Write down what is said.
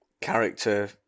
character